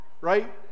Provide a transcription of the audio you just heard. right